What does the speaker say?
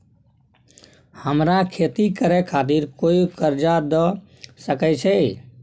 हमरा खेती करे खातिर कोय कर्जा द सकय छै?